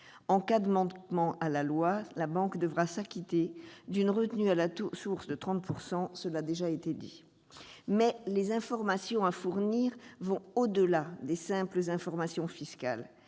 En cas de manquement à cette loi, la banque doit s'acquitter d'une retenue à la source de 30 %, cela a été dit. Toutefois, les informations à fournir vont au-delà des simples informations fiscales